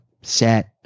set